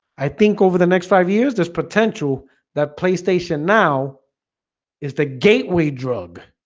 i think over the next five years. there's potential that playstation now is the gateway drug